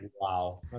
wow